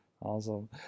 awesome